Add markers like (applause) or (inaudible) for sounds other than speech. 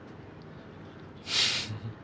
(laughs)